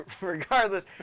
Regardless